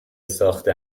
ساخته